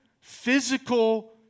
physical